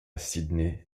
sydney